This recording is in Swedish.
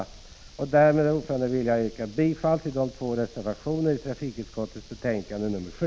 Därmed, herr talman, vill jag yrka bifall till de två reservationerna i trafikutskottets betänkande nr 7.